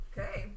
Okay